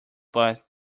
but